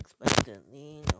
unexpectedly